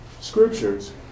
scriptures